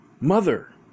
MOTHER